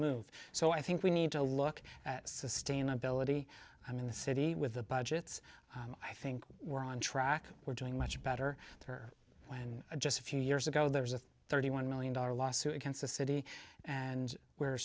move so i think we need to look at sustainability i mean the city with the budgets i think we're on track we're doing much better when just a few years ago there was a thirty one million dollar lawsuit against the city and we're